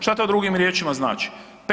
Šta to drugim riječima znači?